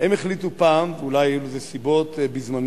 הם החליטו פעם, ואולי היו לזה סיבות בזמנו.